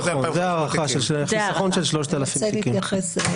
כן, זאת ההערכה, חיסכון של 3,000 תיקים.